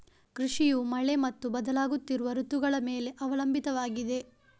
ಕೃಷಿಯು ಮಳೆ ಮತ್ತು ಬದಲಾಗುತ್ತಿರುವ ಋತುಗಳ ಮೇಲೆ ಅವಲಂಬಿತವಾಗಿದೆ